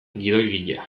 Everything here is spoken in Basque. gidoigilea